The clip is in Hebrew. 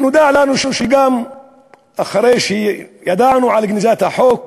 נודע לנו שגם אחרי שידענו על גניזת החוק,